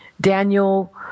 Daniel